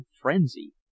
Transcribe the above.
frenzy